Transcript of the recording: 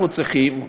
אנחנו צריכים,